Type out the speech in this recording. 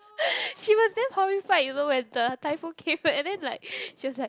she was damn horrified you know when the typhoon came and then like she was like